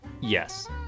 Yes